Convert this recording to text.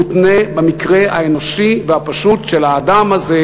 מותנה במקרה האנושי והפשוט של האדם הזה,